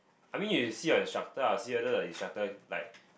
I mean you see your instructor ah see whether the instructor like